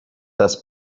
است